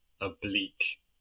oblique